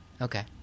Okay